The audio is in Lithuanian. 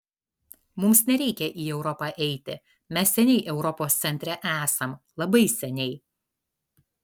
mums nereikia į europą eiti mes seniai europos centre esam labai seniai